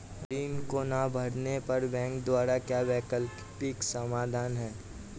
ऋण को ना भरने पर बैंकों द्वारा क्या वैकल्पिक समाधान हैं?